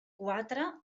quatre